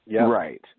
Right